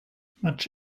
much